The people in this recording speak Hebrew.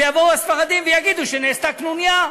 ויבואו הספרדים ויגידו שנעשתה קנוניה,